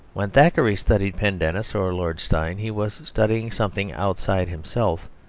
when thackeray studied pendennis or lord steyne he was studying something outside himself,